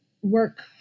work